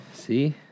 See